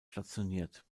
stationiert